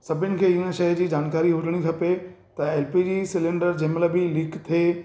सभिनि खे ईअं शइ जी जानकारी हुजणी खपे त पी जी सिलेंडर जंहिं महिल बि लीक थिए